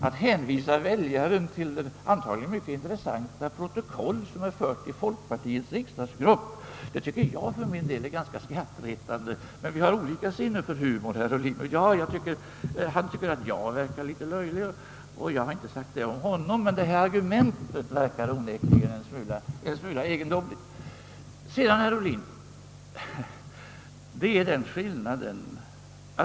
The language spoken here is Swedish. Att hänvisa väljaren till de säkerligen mycket intressanta protokoll som föres i folkpartiets riksdagsgrupp, finner jag för min del ganska skrattretande, men herr Ohlin och jag har nog olika sinne för humor. Han tycker att jag verkar litet löjlig. Jag har inte sagt detta om honom, men hans argument verkar onekligen en smula egendomligt. Sedan finns det en liten skillnad mellan oss, herr Ohlin.